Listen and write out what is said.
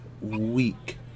week